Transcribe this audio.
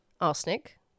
arsenic